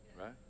right